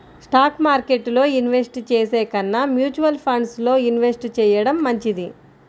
stock మార్కెట్టులో invest చేసే కన్నా మ్యూచువల్ ఫండ్స్ లో ఇన్వెస్ట్ చెయ్యడం మంచిది